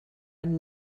ein